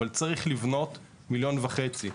אבל צריך לבנות מיליון וחצי.